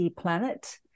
planet